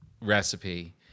recipe